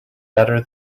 better